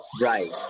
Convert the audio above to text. right